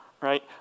Right